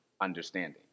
understanding